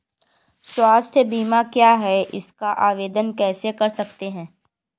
स्वास्थ्य बीमा क्या है हम इसका आवेदन कैसे कर सकते हैं?